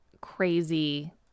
Crazy